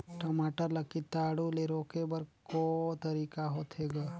टमाटर ला कीटाणु ले रोके बर को तरीका होथे ग?